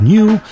New